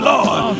Lord